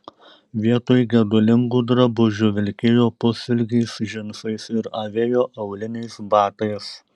vietoj gedulingų drabužių vilkėjo pusilgiais džinsais ir avėjo auliniais batais